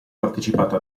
partecipato